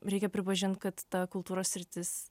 reikia pripažint kad ta kultūros sritis